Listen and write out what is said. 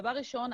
דבר ראשון,